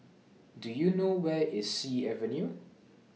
Do YOU know Where IS Sea Avenue